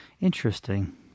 Interesting